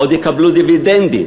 ועוד יקבלו דיבידנדים